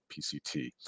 PCT